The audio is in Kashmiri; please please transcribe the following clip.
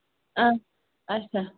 اَد اَچھا